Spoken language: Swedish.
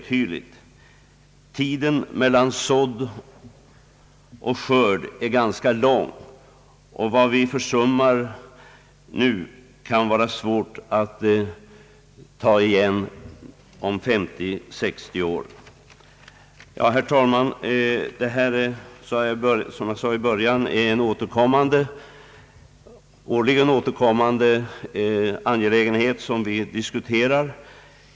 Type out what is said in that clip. Tiden mellan sådd och skörd är ganska lång, och det kan vara svårt att om 50—60 år ta igen vad vi försummar nu. Herr talman! Som jag sade i början av mitt anförande är detta en årligen återkommande angelägenhet.